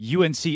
UNC